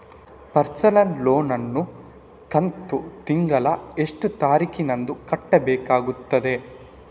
Personal loan ನ ಕಂತು ತಿಂಗಳ ಎಷ್ಟೇ ತಾರೀಕಿನಂದು ಕಟ್ಟಬೇಕಾಗುತ್ತದೆ?